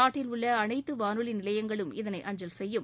நாட்டில் உள்ள அனைத்து வானொலி நிலையங்களும் இதனை அஞ்சல் செய்யும்